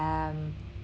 um